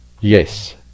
Yes